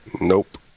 Nope